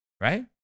right